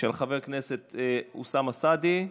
של חבר הכנסת אוסאמה סעדי.